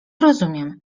rozumiem